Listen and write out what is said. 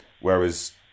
whereas